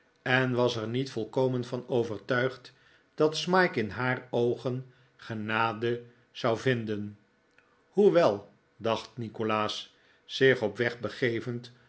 en was er niet volkomen van overtuigd dat smike in haar oogen genade zou vinden hoewel dacht nikolaas zich op weg begevend